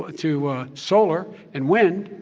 ah to solar and wind.